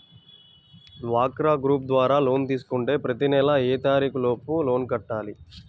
డ్వాక్రా గ్రూప్ ద్వారా లోన్ తీసుకుంటే ప్రతి నెల ఏ తారీకు లోపు లోన్ కట్టాలి?